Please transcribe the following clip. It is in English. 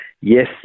yes